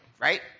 Right